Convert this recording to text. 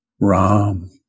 Ram